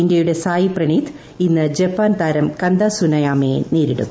ഇന്ത്യയുടെ സായ് പ്രണീത് ഇന്ന് ജപ്പാൻ താരം കന്ത സുനയാമയെ നേരിടും